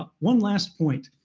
ah one last point.